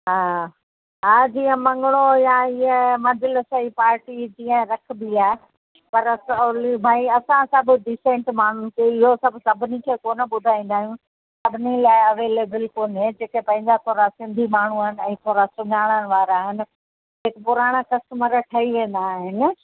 हा हा जीअं मंॻणो या हीअ मजलस जी पार्टी जीअं रखबी आहे पर सवली भई असां सभु डिसेंट माण्हूनि खे इहो सभु सभिनी खे कोन्ह ॿुधाईंदा आहियूं सभिनी लाइ अवेलेबल कोन्हे जेके पंहिंजा थोरा सिंधी माण्हू आहिनि ऐं थोरा सुञाणण वारा आहिनि जेके पुराणा कस्टमर ठही वेंदा आहिनि